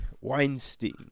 Weinstein